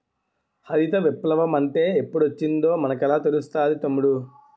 హరిత విప్లవ మంటే ఎప్పుడొచ్చిందో మనకెలా తెలుస్తాది తమ్ముడూ?